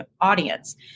audience